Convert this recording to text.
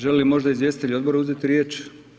Želi li možda izvjestitelj odbora uzeti riječ?